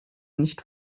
nicht